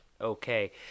okay